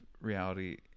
reality